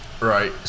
Right